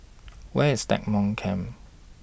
Where IS Stagmont Camp